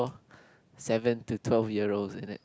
seven to twelve year olds isn't it